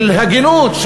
של הגינות,